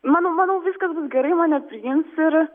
manau manau viskas bus gerai mane priims ir